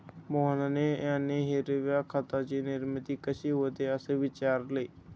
मोहन यांनी हिरव्या खताची निर्मिती कशी होते, असे विचारले